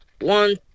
one